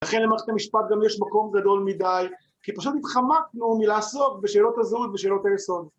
לכן למערכת המשפט גם יש מקום גדול מדי, כי פשוט התחמקנו מלעסוק בשאלות הזו ובשאלות היסוד.